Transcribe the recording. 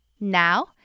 Now